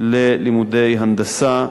ללימודי הנדסה,